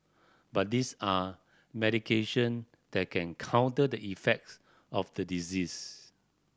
but this are medication that can counter the effects of the disease